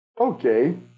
Okay